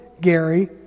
Gary